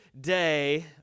day